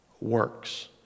works